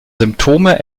symptome